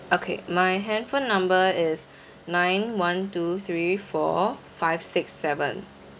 okay my handphone number is nine one two three four five six seven